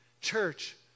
Church